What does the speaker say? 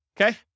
okay